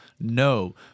No